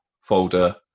folder